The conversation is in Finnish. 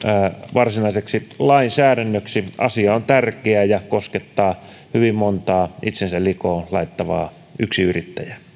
varsinaiseksi lainsäädännöksi asia on tärkeä ja koskettaa hyvin montaa itsensä likoon laittavaa yksinyrittäjää